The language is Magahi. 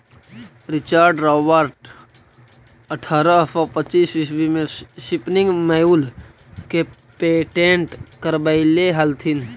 रिचर्ड रॉबर्ट अट्ठरह सौ पच्चीस ईस्वी में स्पीनिंग म्यूल के पेटेंट करवैले हलथिन